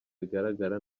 biragaragara